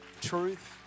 truth